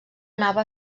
anava